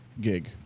gig